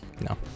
No